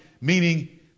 meaning